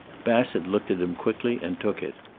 bassett looked at him quickly and took it.